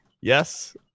Yes